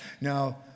now